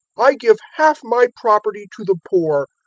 i give half my property to the poor,